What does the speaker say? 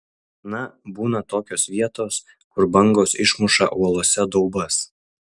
na būna tokios vietos kur bangos išmuša uolose daubas